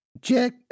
Jack